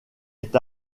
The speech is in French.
est